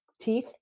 teeth